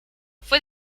fue